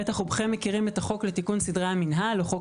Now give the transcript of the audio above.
ודאי כולכם מכירים את החוק לתיקון סדרי המינהל או חוק